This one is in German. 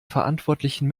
verantwortlichen